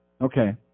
Okay